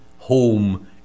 home